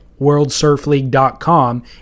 worldsurfleague.com